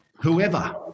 whoever